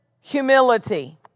humility